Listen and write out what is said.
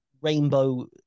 rainbow